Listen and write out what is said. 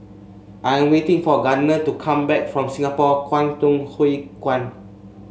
I'm waiting for Gardner to come back from Singapore Kwangtung Hui Kuan